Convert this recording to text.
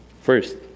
First